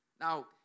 Now